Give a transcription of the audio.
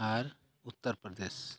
ᱟᱨ Uttar Pradesh